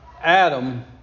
Adam